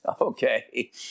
okay